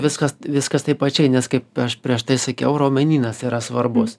viskas viskas taip pačiai nes kaip aš prieš tai sakiau raumenynas yra svarbus